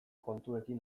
kontuekin